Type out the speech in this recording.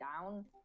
down